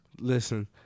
Listen